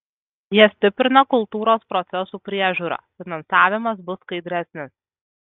jie stiprina kultūros procesų priežiūrą finansavimas bus skaidresnis